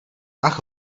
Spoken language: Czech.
ach